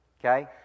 okay